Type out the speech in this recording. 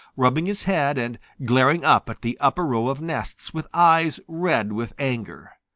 rubbing his head and glaring up at the upper row of nests with eyes red with anger.